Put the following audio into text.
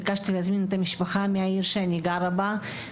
ביקשתי להזמין את המשפחה מהעיר שאני גרה בה,